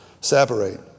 separate